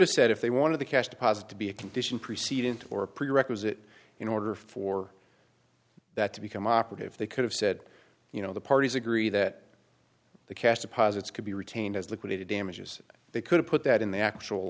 have said if they wanted the cash deposit to be a condition preceding to or a prerequisite in order for that to become operative they could have said you know the parties agree that the cash deposits could be retained as liquidated damages they could've put that in the actual